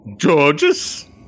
Georges